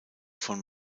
von